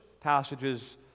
passages